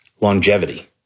longevity